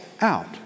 out